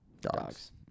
Dogs